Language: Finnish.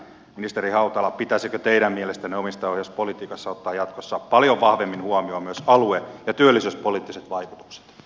ministeri hautala pitäisikö teidän mielestänne omistajaohjauspolitiikassa ottaa jatkossa paljon vahvemmin huomioon myös alue ja työllisyyspoliittiset vaikutukset